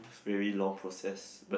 it's very long process but